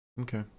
okay